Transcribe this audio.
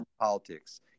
politics